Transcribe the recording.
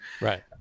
Right